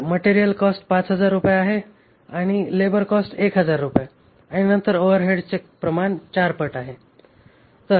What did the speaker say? तर material cost 5000 रुपये आहे लेबर कॉस्ट 1000 रुपये आणि नंतर ओव्हरहेडचे प्रमाण 4 पट आहे